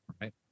Right